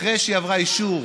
אחרי שהיא עברה אישור,